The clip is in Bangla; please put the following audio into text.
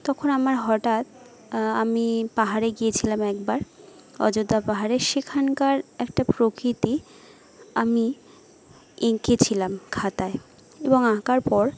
তখন আমার হঠাৎ আমি পাহাড়ে গিয়েছিলাম একবার অযোধ্যা পাহাড়ে সেখানকার একটা প্রকৃতি আমি এঁকেছিলাম খাতায় এবং আঁকার পর